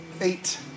Eight